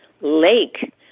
lake